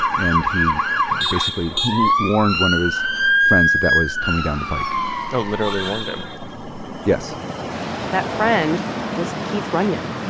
and he basically who warned one of his friends that that was coming down the pike oh, literally warned him yes that friend was keith runyon,